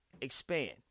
expand